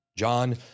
John